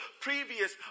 previous